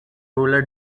rural